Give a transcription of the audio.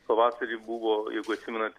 pavasarį buvo jeigu atsimenat